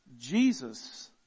Jesus